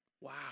wow